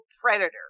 predator